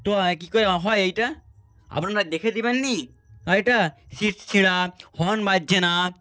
তো কী করে হয় এইটা আপনারা দেখে দেবেন না গাড়িটা সিট ছেঁড়া হর্ন বাজছে না